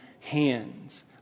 hands